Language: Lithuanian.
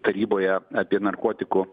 taryboje apie narkotikų